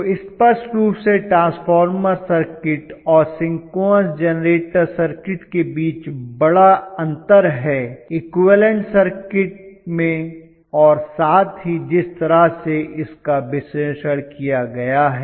तो स्पष्ट रूप से ट्रांसफॉर्मर सर्किट और सिंक्रोनस जनरेटर सर्किट के बीच बड़ा अंतर है इक्विवेलेंट सर्किट में और साथ ही जिस तरह से इसका विश्लेषण किया गया है